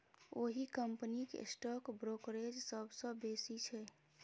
ओहि कंपनीक stock brokerage सबसँ बेसी छै